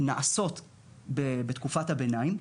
שנעשות בתקופת הביניים.